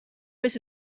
vez